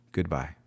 Goodbye